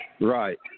Right